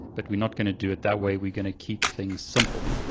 but we're not gonna do it that way. we're gonna keep things simple.